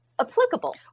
applicable